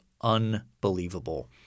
unbelievable